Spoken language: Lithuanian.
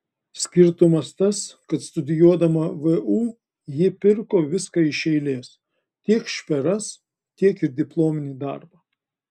skirtumas tas kad studijuodama vu ji pirko viską iš eilės tiek šperas tiek ir diplominį darbą